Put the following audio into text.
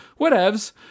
whatevs